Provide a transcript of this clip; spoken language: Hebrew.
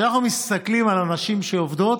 כשאנחנו מסתכלים על הנשים שעובדות,